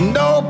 no